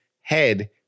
head